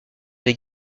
des